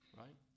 right